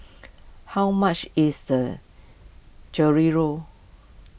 how much is the Chorizo